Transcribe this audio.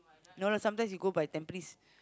no no sometimes he go by Tampines